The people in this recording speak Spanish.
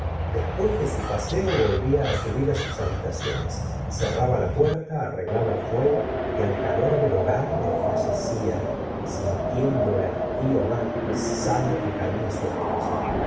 después de su paseo volvía subir á sus habitaciones cerraba la puerta arreglaba el fuego y al calor del hogar desfallecía sintiendo el hastío más pesado que caía sobre ella